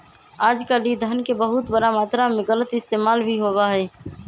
आजकल ई धन के बहुत बड़ा मात्रा में गलत इस्तेमाल भी होबा हई